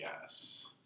yes